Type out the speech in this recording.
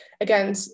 again